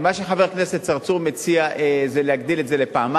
מה שמציע חבר הכנסת צרצור, להגדיל את זה לפעמיים.